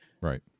Right